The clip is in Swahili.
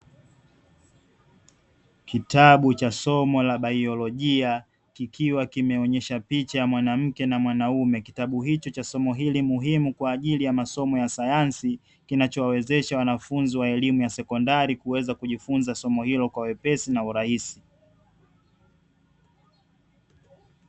Kitabu cha somo la baiolojia kikiwa kumwonyhicho kwa somo, hiliesha picha ya mwanaume na mwanamke kitabu kwa ajil kujifunza kwa vitendo.